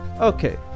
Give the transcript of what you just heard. Okay